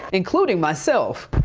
including myself.